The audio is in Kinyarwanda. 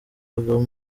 abagabo